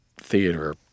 theater